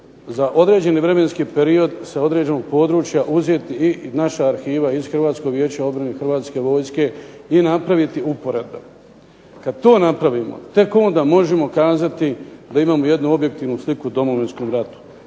za određeni vremenski period sa određenog područja uzeti i naša arhiva iz Hrvatskog vijeća obrane Hrvatske vojske i napraviti usporedbe. Kad to napravimo tek onda možemo kazati da imamo jednu objektivnu sliku o Domovinskom ratu.